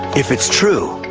if it's true,